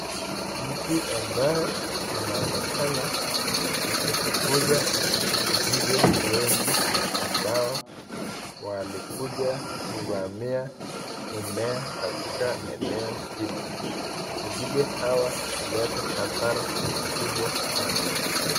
Mtu ambaye anaonekana akifukuza nzige wengi ambao walikuja kuvamia mimea katika eneo hili. Nzige hawa huleta hasara kubwa sana.